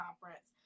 conference